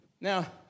Now